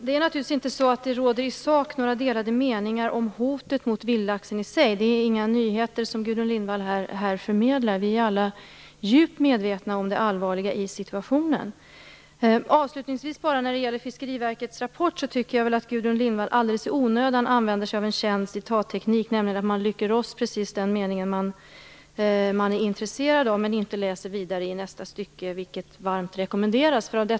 Fru talman! I sak råder det naturligtvis inga delade meningar om hotet mot vildlaxen i sig. Det är inga nyheter som Gudrun Lindvall här förmedlar. Alla är vi djupt medvetna om det allvarliga i situationen. När det gäller Fiskeriverkets rapport tycker jag nog att Gudrun Lindvall alldeles i onödan använder sig av den kända citattekniken att rycka loss precis den mening som är av intresse utan att läsa vidare i nästa stycke - vilket varmt rekommenderas.